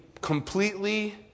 completely